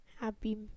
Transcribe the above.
Happy